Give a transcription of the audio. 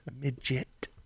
Midget